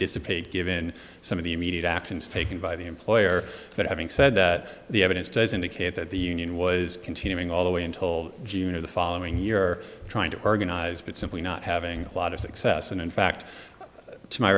dissipate given some of the immediate actions taken by the employer but having said that the evidence does indicate that the union was continuing all the way until june or the following year trying to organize but simply not having a lot of success and in fact to my